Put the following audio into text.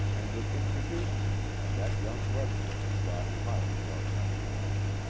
and it introduced him, and that young webfoot brought him out to our country house.